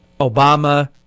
Obama